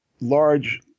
large